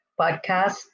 podcast